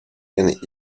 and